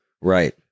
right